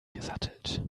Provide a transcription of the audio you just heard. gesattelt